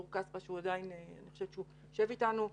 טור-כספא שעדיין יושב איתנו.